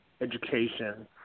education